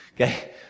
Okay